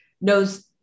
knows